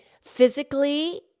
physically